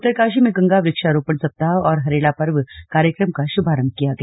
उत्तरकाशी में गंगा वृक्षारोपण सप्ताह और हरेला पर्व कार्यक्रम का शुभारंभ किया गया